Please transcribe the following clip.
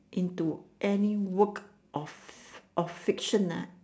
into any work of of fiction ah